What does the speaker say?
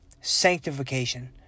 sanctification